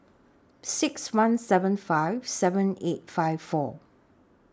six one seven five seven eight five four